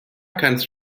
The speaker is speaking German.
kannst